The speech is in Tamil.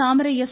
தாமரை எஸ்